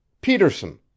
Peterson